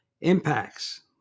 impacts